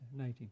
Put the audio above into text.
19